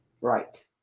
Right